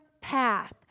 path